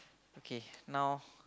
okay now